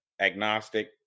agnostic